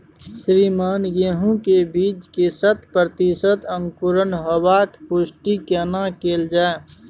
श्रीमान गेहूं के बीज के शत प्रतिसत अंकुरण होबाक पुष्टि केना कैल जाय?